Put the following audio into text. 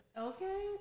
Okay